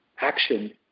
action